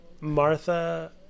Martha